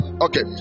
Okay